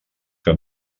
que